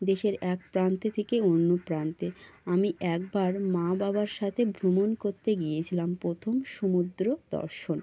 দেশের এক প্রান্তে থেকে অন্য প্রান্তে আমি একবার মা বাবার সাথে ভ্রমণ করতে গিয়েছিলাম প্রথম সমুদ্র দর্শন